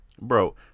bro